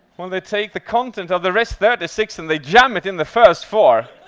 well, they take the content of the rest thirty six, and they jam it in the first four.